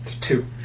Two